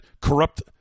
corrupt